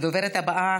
הדוברת הבאה,